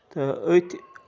تہٕ أتۍ